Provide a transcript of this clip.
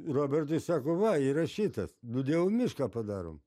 robertui sako va įrašytas du dievų mišką padarom